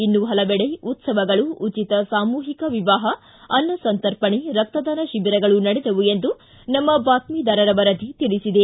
ಇನ್ನು ಹಲವೆಡೆ ಉತ್ತವಗಳು ಉಚಿತ ಸಾಮೂಹಿಕ ವಿವಾಹ ಅನ್ನಸಂತರ್ಪಣೆ ರಕ್ತದಾನ ಶಿಬಿರಗಳು ನಡೆದವು ಎಂದು ನಮ್ಮ ಬಾತ್ಟಿದಾರರ ವರದಿ ತಿಳಿಸಿದೆ